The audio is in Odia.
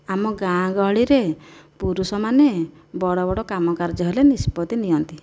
ଆମ ଗାଁ ଗହଳିରେ ପୁରୁଷମାନେ ବଡ଼ ବଡ଼ କାମ କାର୍ଯ୍ୟ ହେଲେ ନିଷ୍ପତି ନିଅନ୍ତି